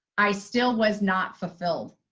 i still was not fulfilled.